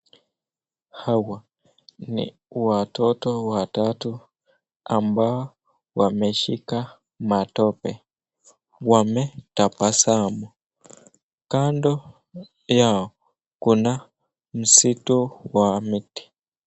Hawa ni watoto watatu ambao wameshika matope. Wametabasamu ,kando yao kuna msitu wa miti.